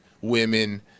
women